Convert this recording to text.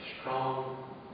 strong